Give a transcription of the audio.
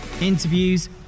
interviews